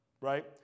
right